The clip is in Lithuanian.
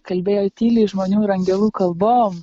kalbėjo tyliai žmonių ir angelų kalbom